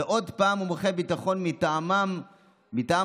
ועוד פעם מומחי ביטחון מטעם עצמם,